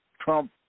Trump